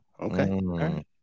Okay